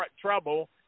trouble –